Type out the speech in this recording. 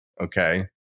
Okay